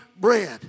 bread